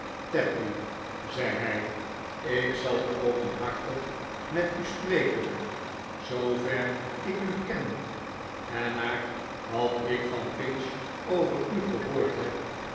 tapley zei hij ik zal openhartig met u spreken zoover ik u ken en naar wat ik van pinch over u gehoord heb